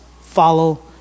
follow